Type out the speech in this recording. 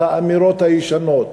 את האמירות הישנות: